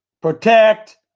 protect